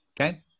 Okay